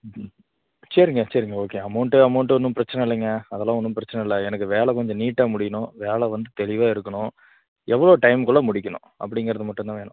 ம் சரிங்க சரிங்க ஓகே அமௌண்ட்டு அமௌண்ட் ஒன்றும் பிரச்சனை இல்லைங்க அதெல்லாம் ஒன்றும் பிரச்சனை இல்லை எனக்கு வேலை கொஞ்சம் நீட்டாக முடியணும் வேலை வந்து தெளிவாக இருக்கணும் எவ்வளோ டைமுக்குள்ள முடிக்கணும் அப்படிங்கறது மட்டுந்தான் வேணும்